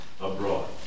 abroad